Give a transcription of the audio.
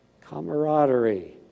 Camaraderie